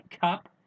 cup